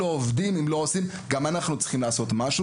אנחנו צריכים לעבוד ולעשות כדי שמשהו